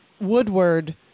Woodward